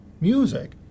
music